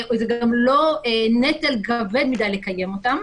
וזה גם לא נטל כבד מדי לקיים אותן.